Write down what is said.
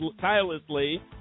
tirelessly